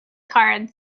card